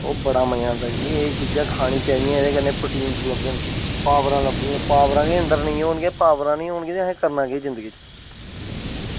ते बड़ा मज़ा आंदा एह् चीज़ां खानियां चाही दियां एह्दे कन्नै प्रोटिन लभदे न पॉवरां लभदियां पॉवरां निं अंदर होन ते पॉवरां निं होन ते असें करना केह् जिंदगी च